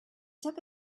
took